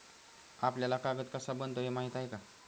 आपल्याला कागद कसा बनतो हे माहीत आहे का?